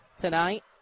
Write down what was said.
tonight